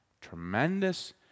tremendous